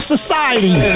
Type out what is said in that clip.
Society